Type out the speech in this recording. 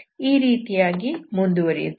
ಈ ರೀತಿಯಾಗಿ ಮುಂದುವರೆಯುತ್ತದೆ